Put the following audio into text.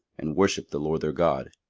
and worshipped the lord their god.